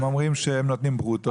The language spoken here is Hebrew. הם אומרים שהם נותנים ברוטו.